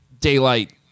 daylight